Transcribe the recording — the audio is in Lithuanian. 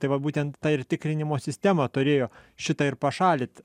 tai vat būtent ta ir tikrinimo sistema turėjo šitą ir pašalint